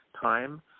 time